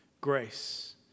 grace